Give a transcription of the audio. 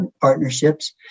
partnerships